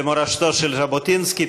במורשתו של ז'בוטינסקי.